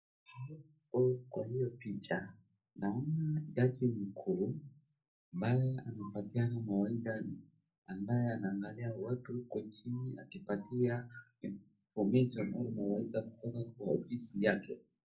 Kwa hiyo picha naona jaji mkuu Martha anapatiana mawaidha ambaye anaangalia watu huko chini akipatia ofisa mkuu mawaidha kutoka ofisi yake.